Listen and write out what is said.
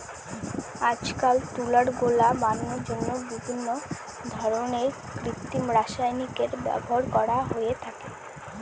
আজকাল তুলার গোলা বানানোর জন্য বিভিন্ন ধরনের কৃত্রিম রাসায়নিকের ব্যবহার করা হয়ে থাকে